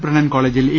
Brennen കോളേജിൽ A